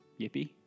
Yippee